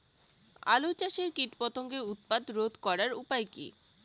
আলু চাষের কীটপতঙ্গের উৎপাত রোধ করার উপায় কী?